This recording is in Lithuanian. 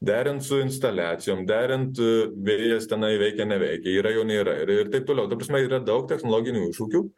derint su instaliacijom derint vėjas tenai veikia neveikia yra jo nėra ir taip toliau ta prasme yra daug technologinių iššūkių